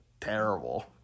terrible